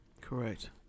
Correct